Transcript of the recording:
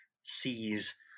sees